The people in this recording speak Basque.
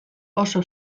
oso